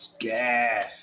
gas